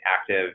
active